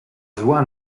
zła